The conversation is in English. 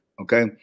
Okay